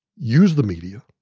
use the media